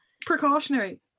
precautionary